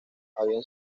habían